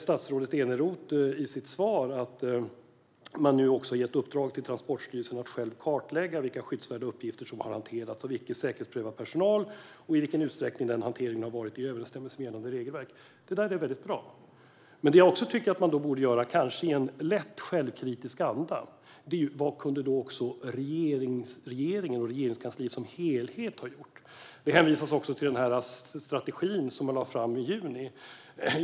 Statsrådet Eneroth sa i sitt svar att man nu har gett i uppdrag till Transportstyrelsen att själv kartlägga vilka skyddsvärda uppgifter som har hanterats av icke säkerhetsprövad personal och i vilken utsträckning den hanteringen har varit i överensstämmelse med gällande regelverk. Det där är väldigt bra, men det jag också tycker att man borde göra är att - kanske i lätt självkritisk anda - ställa frågan vad regeringen och Regeringskansliet som helhet kunde ha gjort. Det hänvisas även till den strategi man lade fram i juni.